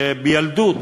שבילדות,